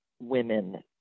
Women